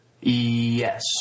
Yes